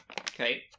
Okay